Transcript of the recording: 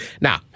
Now